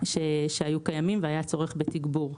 שהיו קיימים, והיה צורך בתגבור.